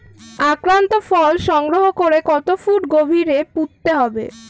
আক্রান্ত ফল সংগ্রহ করে কত ফুট গভীরে পুঁততে হবে?